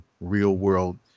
real-world